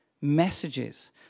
messages